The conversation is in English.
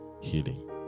healing